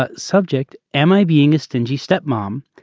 ah subject am i being a stingy step mom.